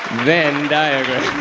venn diagram.